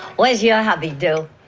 what does your hubby do?